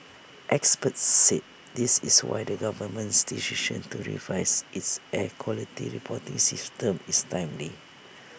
experts said this is why the government's decision to revise its air quality reporting system is timely